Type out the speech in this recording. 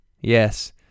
Yes